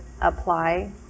apply